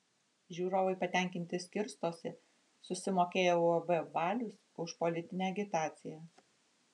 žiūrovai patenkinti skirstosi susimokėję uab valius už politinę agitaciją